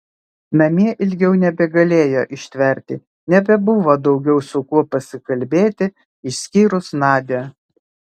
namie ilgiau nebegalėjo ištverti nebebuvo daugiau su kuo pasikalbėti išskyrus nadią